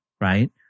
Right